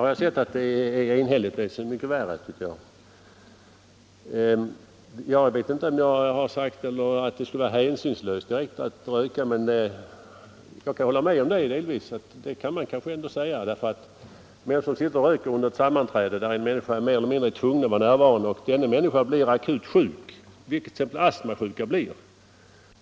Herr talman! Att betänkandet är enhälligt har jag sett, och det är så mycket värre, tycker jag. Jag vet inte om jag har sagt att det skulle vara direkt hänsynslöst att röka, men jag kan hålla med om det delvis —- det kan man kanske ändå säga. När folk sitter och röker under ett sammanträde och en människa är mer eller mindre tvungen att vara närvarande och denna människa blir akut sjuk, vilket t.ex. händer den som lider av astma,